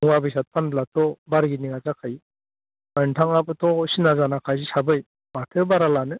मुवा बेसाद फानब्लाथ' बारगिनिंआ जाखायो बा नोंथाङाबोथ' सिना जाना हिसाबै माथो बारा लानो